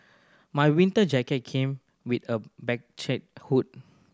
my winter jacket came with a hood